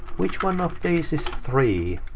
which one of these is three?